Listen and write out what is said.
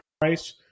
price